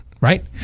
right